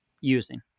using